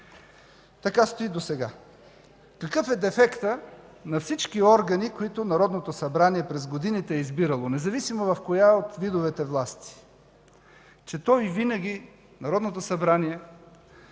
Така стои и досега. Какъв е дефектът на всички органи, които Народното събрание през годините е избирало, независимо в коя от видовете власти? Че то винаги – Народното събрание,